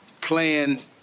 playing